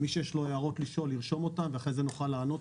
מי שיש לו הערות לשאול ירשום אותן ואחרי זה נוכל לענות.